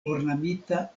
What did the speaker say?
ornamita